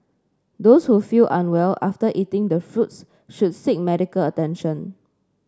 those who feel unwell after eating the fruits should seek medical attention